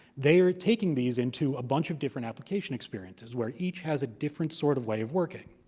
they are taking these into a bunch of different application experiences, where each has a different sort of way of working.